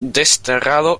desterrado